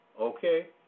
Okay